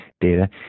data